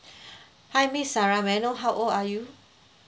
hi miss sarah may I know how old are you